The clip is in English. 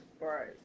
Right